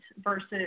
versus